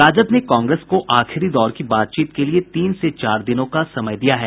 राजद ने कांग्रेस को आखिरी दौर की बातचीत के लिए तीन से चार दिनों का समय दिया है